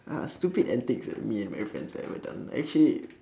ah stupid antics that me and my friends ever done actually